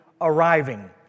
arriving